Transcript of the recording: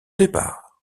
départ